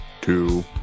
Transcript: two